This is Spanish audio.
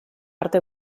arte